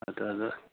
हा त